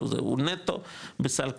הוא נטו בסל קליטה,